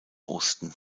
osten